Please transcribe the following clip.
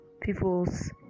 people's